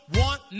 want